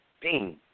Bing